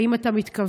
האם אתה מתכוון,